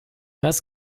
was